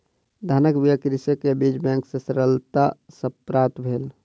धानक बीया कृषक के बीज बैंक सॅ सरलता सॅ प्राप्त भेल